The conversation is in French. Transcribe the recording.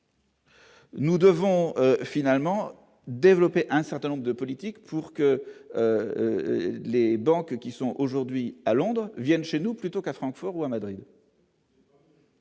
Nous devons finalement développer un certain nombre de politiques pour que les banques qui sont aujourd'hui à Londres viennent chez nous, plutôt qu'à Francfort ou à Madrid.